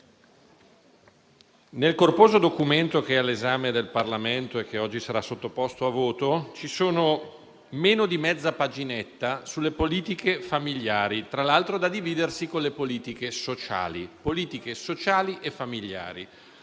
Nel corposo documento che è all'esame del Parlamento e che oggi sarà sottoposto al voto, c'è meno di mezza paginetta sulle politiche familiari, tra l'altro da dividersi con le politiche sociali: politiche